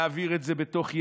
ולהעביר את זה בתוך יממה,